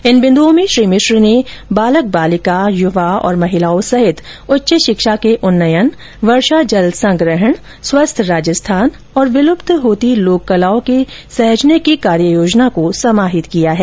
इन बिदुओं में श्री मिश्र ने बालक बालिका युवा महिलाओं सहित उच्च शिक्षा के उन्नयन वर्षा जल के संग्रहण स्वस्थ राजस्थान और विलुप्त होती लोक कलाओं के सहजने की कार्य योजना को समाहित किया है